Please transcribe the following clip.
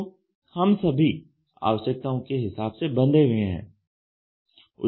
तो हम सभी आवश्यकताओं के हिसाब से बंधे हुए हैं